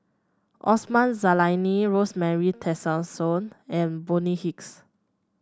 Osman Zailani Rosemary Tessensohn and Bonny Hicks